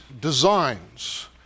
designs